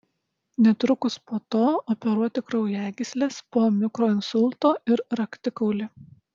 netrukus po to operuoti kraujagysles po mikroinsulto ir raktikaulį